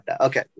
Okay